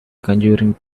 conjuring